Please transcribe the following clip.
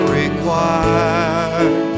required